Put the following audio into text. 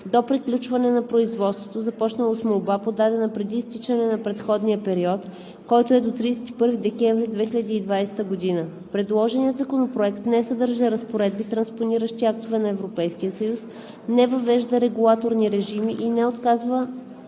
до приключване на производството, започнало с молба, подадена преди изтичане на предходния период, който е до 31 декември 2020 г. Предложеният законопроект не съдържа разпоредби, транспониращи актове на Европейския съюз, не въвежда регулаторни режими и не оказва